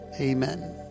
Amen